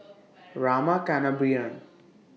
Rama Kannabiran